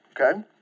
okay